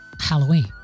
Halloween